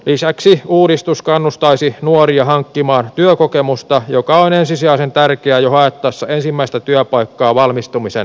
lisäksi uudistus kannustaisi nuoria hankkimaan työkokemusta joka on ensisijaisen tärkeää jo haettaessa ensimmäistä työpaikkaa valmistumisen jälkeen